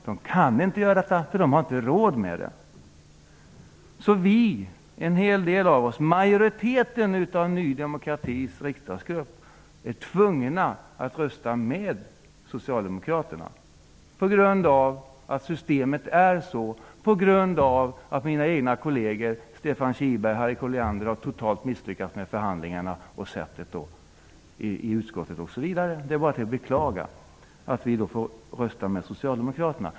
De kan inte vara hemma därför att de inte har råd med det. Vi, majoriteten av Ny demokratis riksdagsgrupp, är tvungna att rösta med Socialdemokraterna, på grund av att systemet är som det är och på grund av att mina kolleger Stefan Kihlberg och Harriet Colliander totalt har misslyckats med förhandlingarna i utskottet. Det är bara att beklaga att vi måste rösta med Socialdemokraterna.